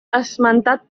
esmentat